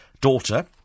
daughter